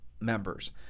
members